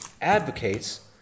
advocates